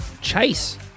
chase